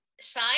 side